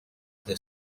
the